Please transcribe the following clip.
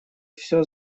всё